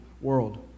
world